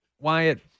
Wyatt